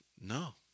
no